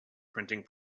printing